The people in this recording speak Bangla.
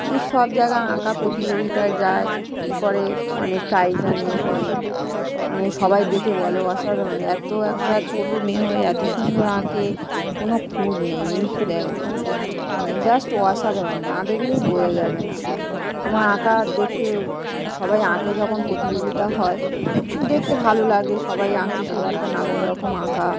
মানে সব জায়গা আঁকা প্রতিযোগিতায় যায় ই করে মানে প্রাইজ আনে এ করে মানে সবাই দেখে বলে অসাধারণ এত একটা ছোটো মেয়ে হয়ে এত সুন্দর আঁকে কোনও খুঁত নেই নিখুঁত একদম মানে জাস্ট অসাধারণ না দেখলেই বোঝা যাবে না আমার আঁকা দেখতে সবাই আঁকে যখন প্রতিযোগিতা হয় দেখতে ভালো লাগে সবাই আঁকছে সবারটা নানান রকম আঁকা